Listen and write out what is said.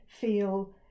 feel